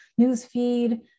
newsfeed